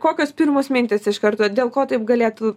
kokios pirmos mintys iš karto dėl ko taip galėtų